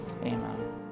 Amen